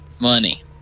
Money